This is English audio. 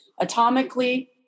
atomically